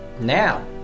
Now